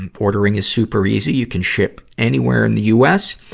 and ordering is super easy. you can ship anywhere in the us.